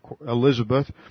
Elizabeth